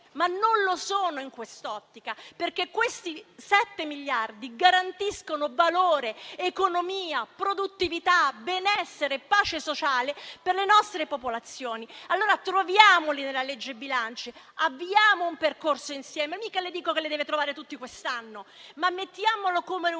ma non lo sono in quest'ottica, perché questi 7 miliardi garantiscono valore, economia, produttività, benessere e pace sociale per le nostre popolazioni. Troviamoli allora nella legge di bilancio, avviamo un percorso insieme. Non dico mica che vanno trovati tutti quest'anno, ma mettiamoli come una priorità.